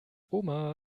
oma